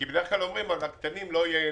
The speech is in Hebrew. כי בדרך כלל אומרים שהקטנים לא ייהנו.